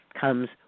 comes